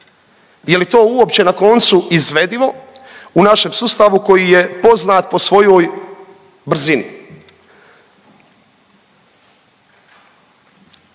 je li to uopće na koncu izvedivo u našem sustavu koji je poznat po svojoj brzini?